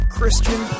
Christian